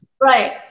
Right